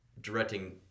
directing